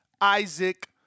Isaac